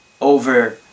Over